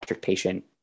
patient